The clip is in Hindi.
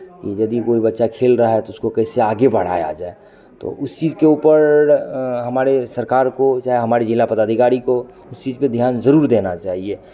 कि यदि कोई बच्चा खेल रहा है तो उसको कैसे आगे बढ़ाया जाए तो उस चीज़ के ऊपर हमारे सरकार को चाहे हमारे जिला पदाधिकारी को इस चीज़ पे ध्यान ज़रूर देना चाहिए